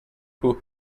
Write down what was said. who